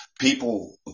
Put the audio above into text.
people